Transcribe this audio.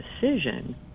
decision